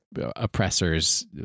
oppressors